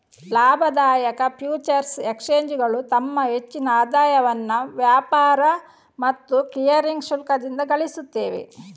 ಲಾಭದಾಯಕ ಫ್ಯೂಚರ್ಸ್ ಎಕ್ಸ್ಚೇಂಜುಗಳು ತಮ್ಮ ಹೆಚ್ಚಿನ ಆದಾಯವನ್ನ ವ್ಯಾಪಾರ ಮತ್ತು ಕ್ಲಿಯರಿಂಗ್ ಶುಲ್ಕದಿಂದ ಗಳಿಸ್ತವೆ